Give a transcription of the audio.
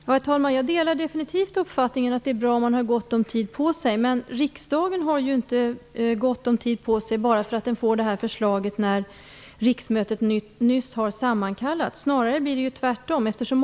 Herr talman! Jag delar definitivt uppfattningen att det är bra om man har gott om tid på sig. Men riksdagen har ju inte gott om tid på sig bara för att den får det här förslaget när riksmötet nyss har sammankallats. Det blir snarare tvärtom.